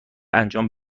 انجام